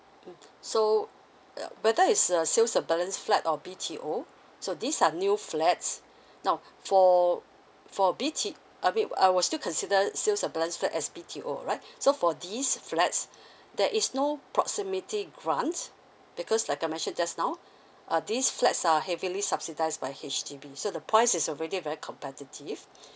mm so ya whether it's a sales of balance flat or B_T_O so these are new flats now for for B_T I mean I will still consider sales of balance flats as B_T_O right so for these flats there is no proximity grant because like I mention just now uh these flats are heavily subsidized by H_D_B so the price is already very competitive